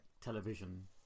television